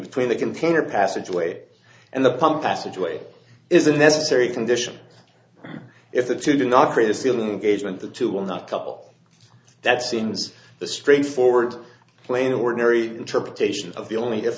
between the container passageway and the pump passageway is a necessary condition if the two do not create a sealing agent the two will not couple that seems the straightforward plain ordinary interpretation of the only if